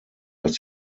dass